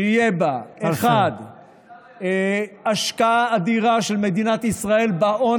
שיהיו בה: 1. ההשקעה אדירה של מדינת ישראל בהון